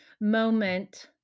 moment